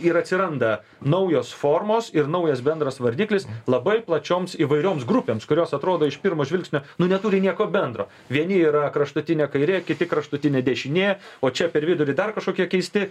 ir atsiranda naujos formos ir naujas bendras vardiklis labai plačioms įvairioms grupėms kurios atrodo iš pirmo žvilgsnio nu neturi nieko bendro vieni yra kraštutinė kairė kiti kraštutinė dešinė o čia per vidurį dar kažkokie keisti